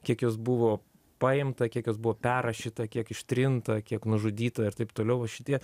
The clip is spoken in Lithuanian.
kiek jos buvo paimta kiek jos buvo perrašyta kiek ištrinta kiek nužudyta ir taip toliau o šitie